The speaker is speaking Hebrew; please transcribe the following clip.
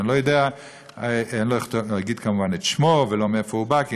אני לא אגיד כמובן את שמו ולא מאיפה הוא בא,